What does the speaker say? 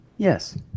Yes